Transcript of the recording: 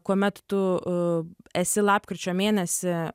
kuomet tu esi lapkričio mėnesį